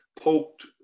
poked